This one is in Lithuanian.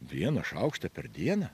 vieną šaukštą per dieną